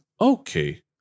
Okay